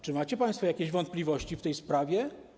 Czy macie państwo jakieś wątpliwości w tej sprawie?